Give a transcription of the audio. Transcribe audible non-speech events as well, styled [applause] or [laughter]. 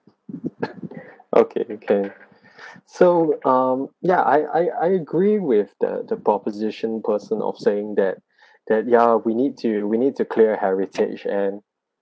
okay okay so um yeah I I I agree with the the proposition person of saying that [breath] that ya we need to we need to clear heritage and